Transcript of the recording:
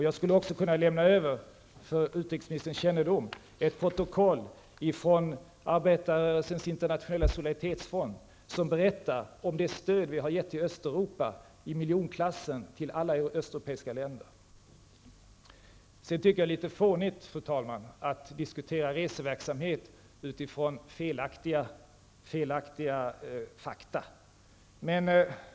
Jag skulle också kunna för utrikesministerns kännedom lämna över ett protokoll från arbetare som sitter i Internationella solidaritetsfonden som berättar om det stöd vi har gett Östeuropa, i miljonklassen, till alla östeuropeiska länder. Sedan tycker jag, fru talman, att det är litet fånigt att diskutera reseverksamhet utifrån felaktiga fakta.